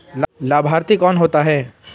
लाभार्थी कौन होता है?